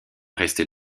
rester